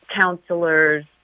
counselor's